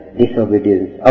disobedience